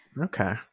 Okay